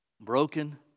Broken